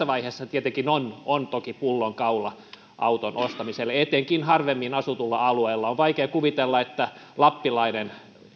vaiheessa tietenkin on on toki pullonkaula auton ostamiselle etenkin harvemmin asutulla alueella on vaikea kuvitella että lappilainen